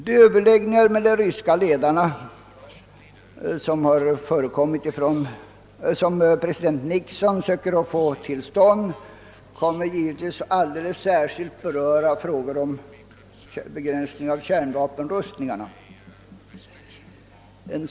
De överläggningar med de ryska ledarna, som president Nixon försöker få till stånd, skulle givetvis alldeles särskilt komma att beröra frågor om begränsning av kärnvapenrustningar na.